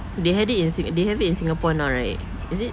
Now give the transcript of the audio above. they had it si~ they have it in singapore now right is it